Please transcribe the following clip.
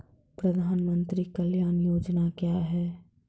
प्रधानमंत्री कल्याण योजना क्या हैं?